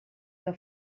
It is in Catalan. que